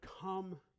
come